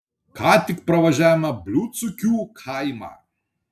ką tik pravažiavome bliūdsukių kaimą